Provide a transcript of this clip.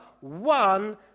one